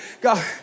God